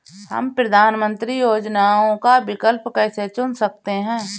हम प्रधानमंत्री योजनाओं का विकल्प कैसे चुन सकते हैं?